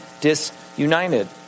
disunited